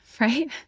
Right